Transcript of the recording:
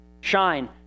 shine